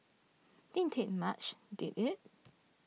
didn't take much did it